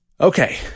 Okay